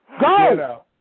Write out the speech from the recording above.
Go